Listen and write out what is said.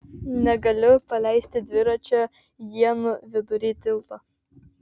negaliu paleisti dviračio ienų vidury tilto